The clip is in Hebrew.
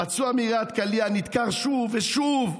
פצוע מיריית קליע, נדקר שוב ושוב,